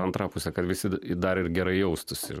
antra pusė kad visi dar ir gerai jaustųsi